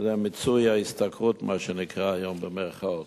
שזה "מיצוי ההשתכרות", מה שנקרא היום במירכאות.